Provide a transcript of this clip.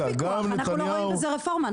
אנחנו לא רואים בזה רפורמה.